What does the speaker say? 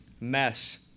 mess